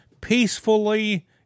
Peacefully